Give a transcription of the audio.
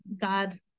God